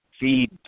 feed